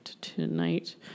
Tonight